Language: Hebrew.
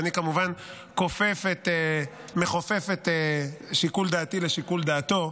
ואני כמובן מכופף את שיקול דעתי לשיקול דעתו.